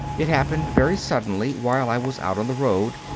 it happened very suddenly while i was out on the road.